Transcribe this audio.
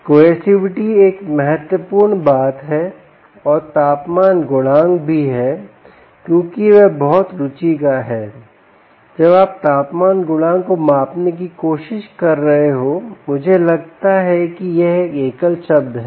Coercivity एक महत्वपूर्ण बात है और तापमान गुणांक भी क्योंकि वह बहुत रुचि का है जब आप तापमान गुणांक को मापने की कोशिश कर रहे हो मुझे लगता है कि यह एक एकल शब्द है